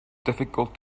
difficult